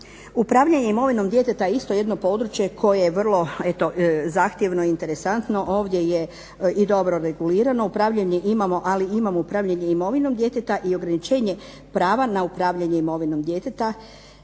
Upravljanje imovinom djeteta je isto jedno područje koje je vrlo zahtjevno i interesantno. Ovdje je i dobro regulirano. Upravljanje imamo, ali imamo upravljanje imovinom djeteta i ograničenje prava na upravljanje imovinom djeteta